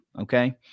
okay